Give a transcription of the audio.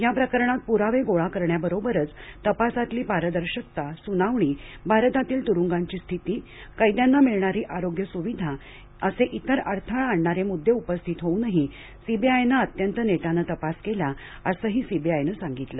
या प्रकरणात पुरावे गोळा करण्याबरोबरच तपासातील पारदर्शकता सुनावणी भारतातील तुरुंगांची स्थिती कैद्यांना मिळणारी आरोग्य सुविधा असे इतर अडथळा आणणारे मुद्दे उपस्थित होऊनही सीबीआयनं अत्यंत नेटानं तपास केला असंही सीबीआयनं सांगितलं